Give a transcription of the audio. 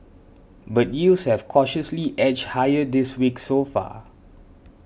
but yields have cautiously edged higher this week so far